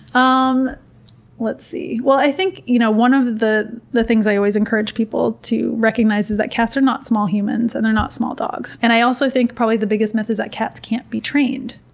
um let's see. well, i think you know one of the the things i always encourage people to recognize is that cats are not small humans and they're not small dogs. and i also think probably the biggest myth is that cats can't be trained.